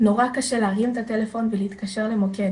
נורא קשה להרים את הטלפון ולהתקשר למוקד